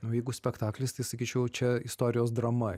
nu jeigu spektaklis tai sakyčiau čia istorijos drama